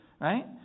right